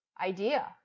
idea